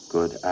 Good